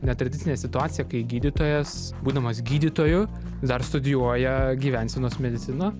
netradicinė situacija kai gydytojas būdamas gydytoju dar studijuoja gyvensenos mediciną